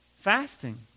fasting